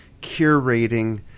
curating